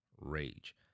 rage